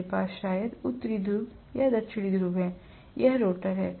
मेरे पास शायद उत्तरी ध्रुव और दक्षिणी ध्रुव हैं यह रोटर है